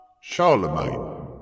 Charlemagne